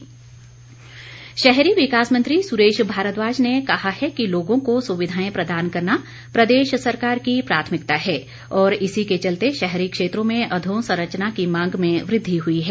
सुरेश भारद्वाज शहरी विकास मंत्री सुरेश भारद्वाज ने कहा है कि लोगों को सुविधाएं प्रदान करना प्रदेश सरकार की प्राथमिकता है और इसी के चलते शहरी क्षेत्रों में अधोसंरचना की मांग में वृद्वि हुई है